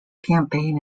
campaign